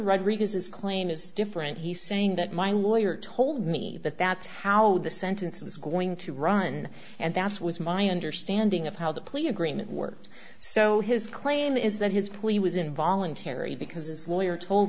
rodriguez's claim is different he's saying that mine lawyer told me that that's how the sentence was going to run and that's was my understanding of how the plea agreement worked so his claim is that his plea was involuntary because his lawyer told